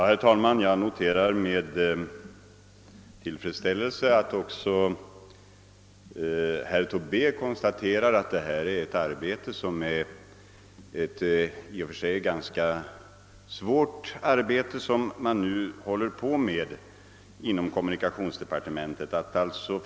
Herr talman! Jag noterar med: tillfredsställelse att också herr Tobé konstaterar att det arbete som man nu håller på med inom kommunikationsdepartementet i och för sig är ganska svårt.